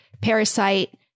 Parasite